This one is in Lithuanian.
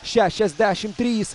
šešiasdešimt trys